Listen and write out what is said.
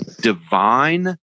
divine